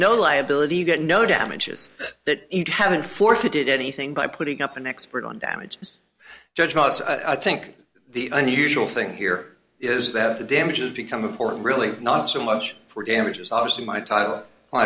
no liability you get no damages that haven't forfeited anything by putting up an expert on damages judge was i think the unusual thing here is that the damages become important really not so much for damages obviously my title